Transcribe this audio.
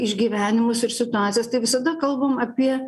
išgyvenimus ir situacijas tai visada kalbam apie